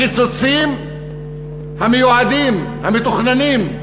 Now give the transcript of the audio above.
הקיצוצים המיועדים, המתוכננים,